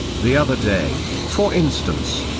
the other day, for instance,